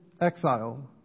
exile